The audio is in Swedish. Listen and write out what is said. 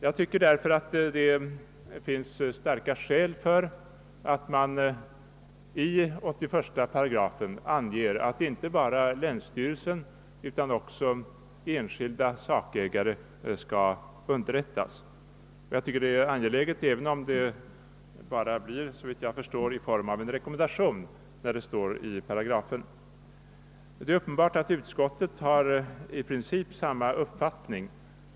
Jag tycker därför, att det finns starka skäl för att i 81 § ange att inte bara länsstyrelsen utan också enskilda sakägare skall underrättas, och jag tycker det är angeläget, även om det såvitt jag förstår bara blir i form av en rekommendation, om det står i paragrafen. Det är uppenbart att utskottet har i princip samma uppfattning.